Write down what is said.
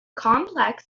complex